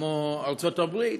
כמו ארצות הברית,